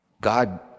God